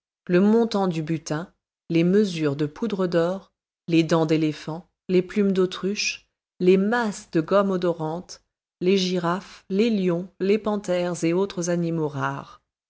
le montant du butin les mesures de poudre d'or les dents d'éléphant les plumes d'autruche les masses de gomme odorante les girafes les lions les panthères et autres animaux rares